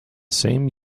same